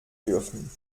dürfen